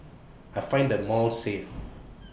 I find the malls safe